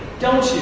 don't